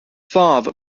valve